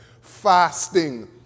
Fasting